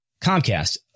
Comcast